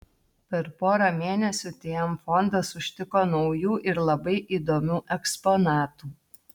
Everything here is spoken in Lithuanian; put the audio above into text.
per porą mėnesių tm fondas užtiko naujų ir labai įdomių eksponatų